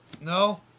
No